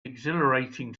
exhilarating